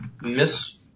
miss –